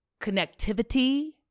connectivity